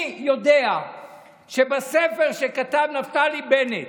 אני יודע שבספר שכתב נפתלי בנט,